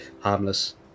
Harmless